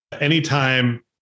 anytime